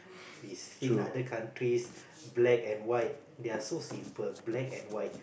we see other countries black and white they are so simple black and white